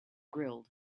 grilled